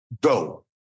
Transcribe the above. go